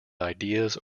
ideas